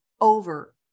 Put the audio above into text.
over